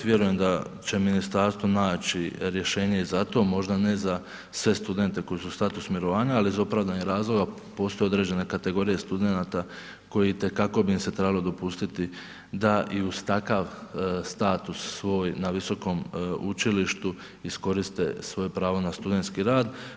Vjerujem da će ministarstvo naći rješenje i za to, možda ne za sve studente koji su u statusu mirovanja, ali iz opravdanih razloga postoje određene kategorije studenta koji itekako im bi se trebalo dopustiti da i uz takav status svoj na visokom učilištu iskoriste svoje pravo na studentski rad.